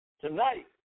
tonight